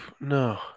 no